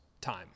time